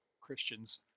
Christians